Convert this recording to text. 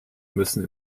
müssen